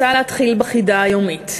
אני רוצה להתחיל בחידה היומית: